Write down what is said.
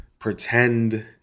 Pretend